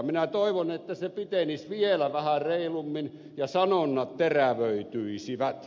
minä toivon että se pitenisi vielä vähän reilummin ja sanonnat terävöityisivät